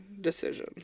decision